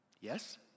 Yes